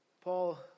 Paul